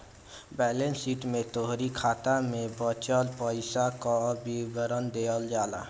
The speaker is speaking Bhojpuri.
बैलेंस शीट में तोहरी खाता में बचल पईसा कअ विवरण देहल जाला